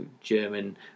German